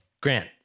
Grant